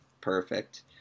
Perfect